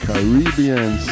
Caribbean